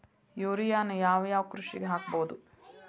ಯೂರಿಯಾನ ಯಾವ್ ಯಾವ್ ಕೃಷಿಗ ಹಾಕ್ಬೋದ?